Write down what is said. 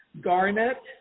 garnet